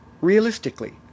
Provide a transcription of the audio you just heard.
realistically